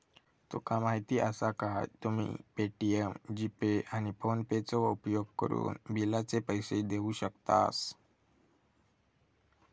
तुका माहीती आसा काय, तुम्ही पे.टी.एम, जी.पे, आणि फोनेपेचो उपयोगकरून बिलाचे पैसे देऊ शकतास